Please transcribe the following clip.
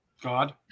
God